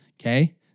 Okay